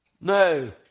No